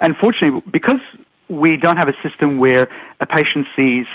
and fortunately because we don't have a system where a patient sees